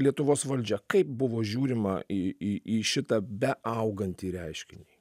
lietuvos valdžia kaip buvo žiūrima į į į šitą beaugantį reiškinį